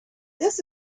this